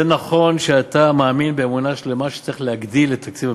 זה נכון שאתה מאמין באמונה שלמה שצריך להגדיל את תקציב הביטחון,